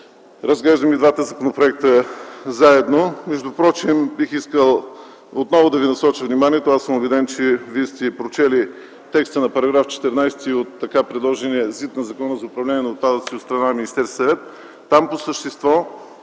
разглеждаме двата законопроекта заедно. Впрочем бих искал отново да ви насоча вниманието – аз съм убеден, че сте прочели текста на § 14 от така предложения ЗИД на Закона за управление на отпадъците от страна на Министерския съвет.